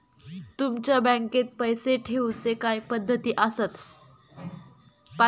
तुमच्या बँकेत पैसे ठेऊचे काय पद्धती आसत?